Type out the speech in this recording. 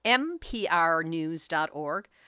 mprnews.org